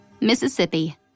Mississippi